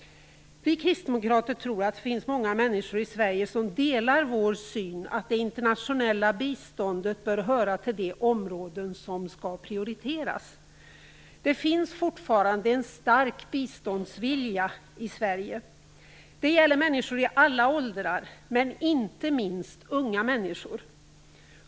Vi kristdemokrater tror att det finns många människor i Sverige som delar vår syn på att det internationella biståndet bör höra till de områden som skall prioriteras. Det finns fortfarande en stark biståndsvilja i Sverige. Det gäller människor i alla åldrar, men inte minst unga människor.